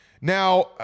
Now